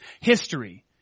history